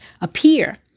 appear